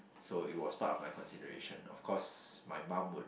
so it was part of my consideration of course my mum would